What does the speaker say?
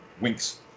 winks